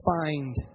find